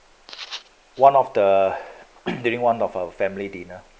one of the during one of our family dinner